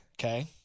Okay